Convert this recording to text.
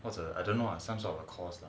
what's the I don't know some sort of course